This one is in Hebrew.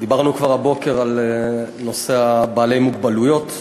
דיברנו כבר הבוקר על נושא בעלי מוגבלויות,